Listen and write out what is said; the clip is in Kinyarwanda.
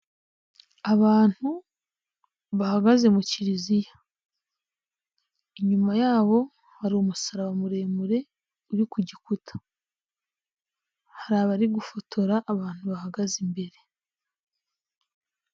Abantu bahagaze Kiliziya, inyuma yabo hari umusaraba muremure uri ku gikuta, hari abari gufotora abantu bahagaze imbere.